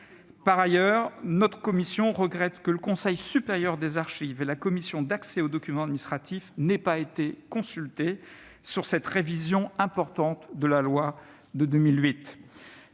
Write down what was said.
Par ailleurs, notre commission regrette que le Conseil supérieur des archives et la Commission d'accès aux documents administratifs n'aient pas été consultés sur cette révision importante de la loi de 2008.